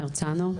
הרצנו,